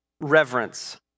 reverence